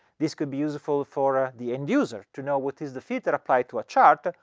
this could be useful for the end user to know what is the filter applied to a chart,